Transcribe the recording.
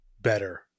better